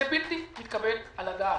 זה בלתי מתקבל על הדעת.